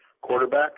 quarterback